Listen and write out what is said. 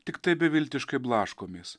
tiktai beviltiškai blaškomės